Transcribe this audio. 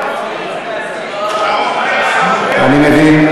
אני מבין.